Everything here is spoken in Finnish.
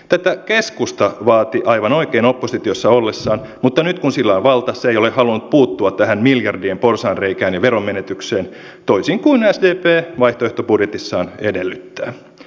tätä keskusta vaati aivan oikein oppositiossa ollessaan mutta nyt kun sillä on valta se ei ole halunnut puuttua tähän miljardien porsaanreikään ja veronmenetykseen toisin kuin sdp vaihtoehtobudjetissaan edellyttää